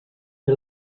fer